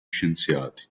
scienziati